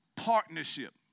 partnership